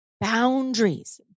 boundaries